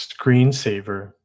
screensaver